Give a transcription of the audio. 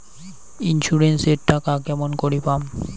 Insurance এর টাকা কেমন করি পাম?